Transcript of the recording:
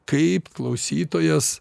kaip klausytojas